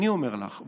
אני אומר לך,